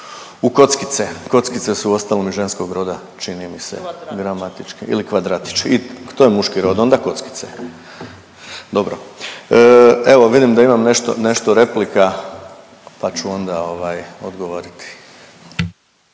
u kockice. Kockice su uostalom i ženskog roda čini mi se gramatički … …/Upadica se ne razumije./… … ili kvadratići, to je muški rod, onda kockice. Dobro, evo vidim da imam nešto replika pa ću onda ovaj odgovoriti.